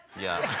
yeah.